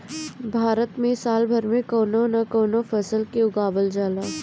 भारत में साल भर कवनो न कवनो फसल के उगावल जाला